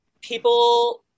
people